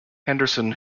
henderson